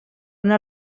una